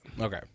Okay